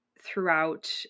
throughout